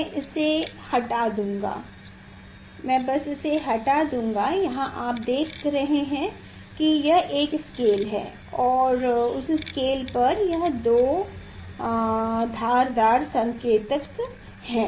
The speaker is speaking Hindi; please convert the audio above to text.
मैं इसे हटा दूंगा मैं बस इसे हटा दूँगा यहाँ आप देख रहे हैं कि यह एक स्केल है और उस स्केल पर यह दो धार दार संकेतक हैं